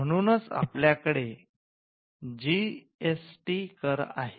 म्हणूनच आपल्याकडे कडे जीएसटी कर आहे